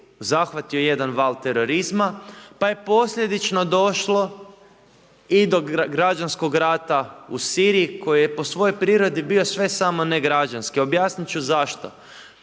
zahvatio jedan val terorizma, pa je posljedično došlo i do građanskog rata u Siriji koji je po svojoj prirodi bio sve samo ne građanski. Objasniti ću zašto.